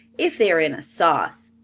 if they are in a sauce.